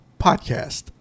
podcast